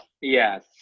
Yes